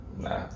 Nah